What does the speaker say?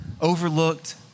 overlooked